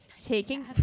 taking